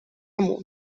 amo